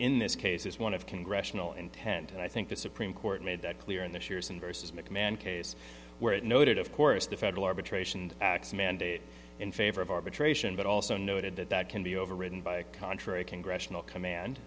in this case is one of congressional intent and i think the supreme court made that clear in this year's inverses mcmahon case where it noted of course the federal arbitration acts mandate in favor of arbitration but also noted that that can be overridden by a contrary congressional command